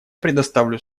предоставлю